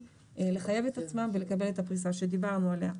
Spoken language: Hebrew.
לחייב את עצמם ולקבל את הפריסה שדיברנו עלייה.